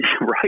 Right